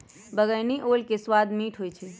बइगनी ओल के सवाद मीठ होइ छइ